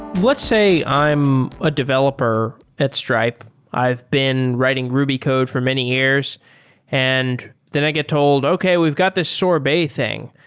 let's say i'm a developer at stripe. i've been writing ruby code for many years and then i get told, okay. we've got this sorbet thing.